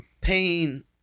pain